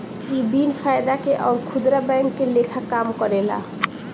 इ बिन फायदा के अउर खुदरा बैंक के लेखा काम करेला